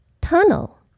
tunnel